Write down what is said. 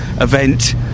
event